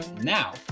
now